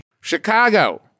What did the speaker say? Chicago